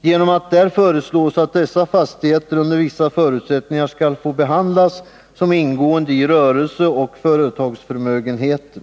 genom att där föreslås att dessa fastigheter under vissa förutsättningar skall få behandlas som ingående i rörelse och företagsförmögenhet.